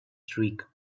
streak